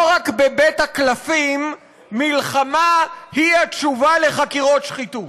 לא רק בבית הקלפים מלחמה היא התשובה לחקירות שחיתות.